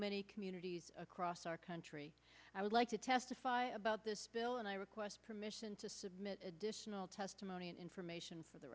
many communities across our country i would like to testify about this bill and i request permission to submit additional testimony and information for the